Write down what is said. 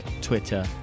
Twitter